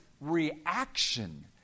reaction